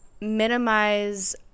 minimize